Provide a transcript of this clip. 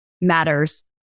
matters